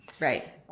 Right